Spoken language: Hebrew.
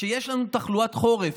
כשיש לנו תחלואת חורף,